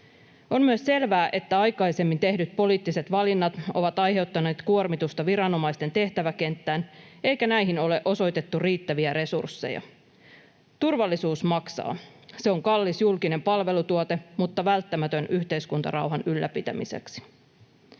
On myös selvää, että aikaisemmin tehdyt poliittiset valinnat ovat aiheuttaneet kuormitusta viranomaisten tehtäväkenttään, eikä näihin ole osoitettu riittäviä resursseja. Turvallisuus maksaa. Se on kallis julkinen palvelutuote, mutta välttämätön yhteiskuntarauhan ylläpitämiseksi.